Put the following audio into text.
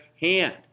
hand